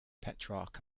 petrarch